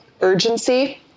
urgency